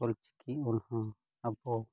ᱚᱞᱪᱤᱠᱤ ᱚᱞᱦᱚᱸ ᱟᱵᱚ